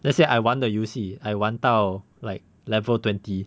let's say I 玩 the 游戏 I 玩到 like level twenty